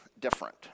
different